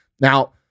Now